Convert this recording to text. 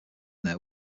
there